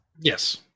yes